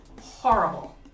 horrible